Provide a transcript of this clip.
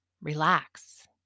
Relax